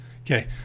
Okay